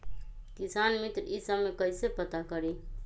किसान मित्र ई सब मे कईसे पता करी?